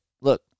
Look